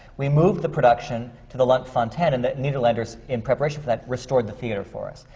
we moved the production to the lunt-fontanne, and the nederlanders, in preparation for that, restored the theatre for us.